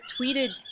tweeted